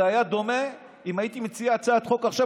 זה היה דומה אם הייתי מציע הצעת חוק עכשיו